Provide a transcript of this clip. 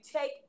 take